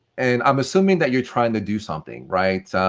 and i'm assuming that you're trying to do something, right?